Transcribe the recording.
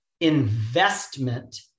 investment